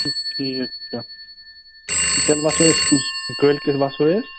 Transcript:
ٹھیٖک چھِ تیٚلہِ وَسو أسۍ کٲلۍکیٚتھ وَسو أسۍ